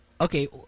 Okay